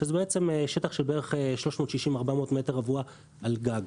שזה בעצם שטח של בערך 360 עד 400 מטר רבוע על גג.